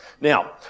Now